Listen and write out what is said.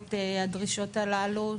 בעקבות הדרישות הללו.